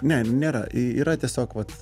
ne nėra yra tiesiog vat